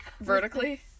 vertically